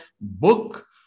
book